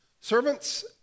Servants